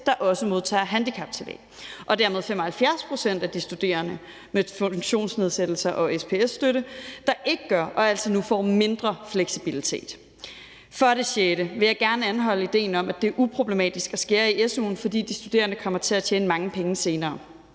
der også modtager handicaptillæg, og dermed er det 75 pct. af de studerende med funktionsnedsættelse og SPS-støtte, der ikke gør og altså nu får mindre fleksibilitet. For det sjette vil jeg gerne anholde idéen om, at det er uproblematisk at skære i su'en, fordi de studerende kommer til at tjene mange penge senere.